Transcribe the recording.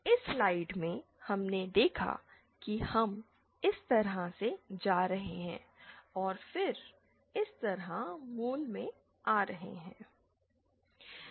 इस स्लाइड में हमने देखा कि हम इस तरह से जा रहे हैं और फिर इस तरह मूल में आ रहे हैं